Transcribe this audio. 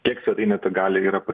kiek svetainė ta gali yra pa